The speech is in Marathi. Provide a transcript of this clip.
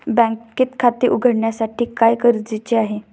बँकेत खाते उघडण्यासाठी काय गरजेचे आहे?